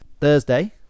thursday